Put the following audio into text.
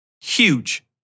huge